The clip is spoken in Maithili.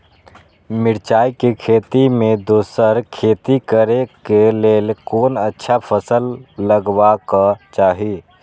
मिरचाई के खेती मे दोसर खेती करे क लेल कोन अच्छा फसल लगवाक चाहिँ?